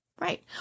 Right